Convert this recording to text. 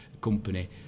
company